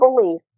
belief